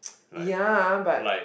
ya but